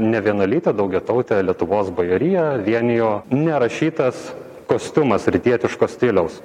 nevienalytę daugiatautę lietuvos bajoriją vienijo nerašytas kostiumas rytietiško stiliaus